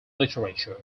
literature